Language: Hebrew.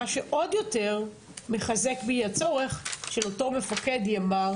מה שעוד יותר מחזק בי הצורך של אותו מפקד ימ"ר